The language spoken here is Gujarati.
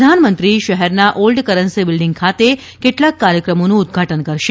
પ્રધાનમંત્રી શહેરના ઓલ્ડ કરન્સી બિંલ્ડીંગ ખાતે કેટલાક કાર્યક્રમોનું ઉદઘાટન કરશે